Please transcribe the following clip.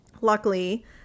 Luckily